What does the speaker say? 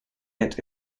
yet